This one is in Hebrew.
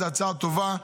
זו הצעה טובה.